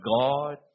God